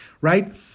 right